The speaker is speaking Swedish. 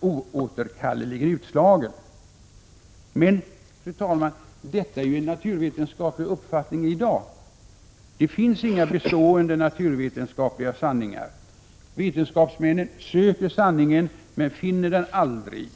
oåterkalleligt utslagen?” Men, fru talman, detta är en naturvetenskaplig uppfattning i dag. Det finns inga bestående naturvetenskapliga sanningar. Vetenskapsmännen söker sanningen men finner den aldrig.